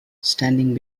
standing